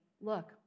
look